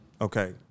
okay